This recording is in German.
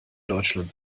deutschland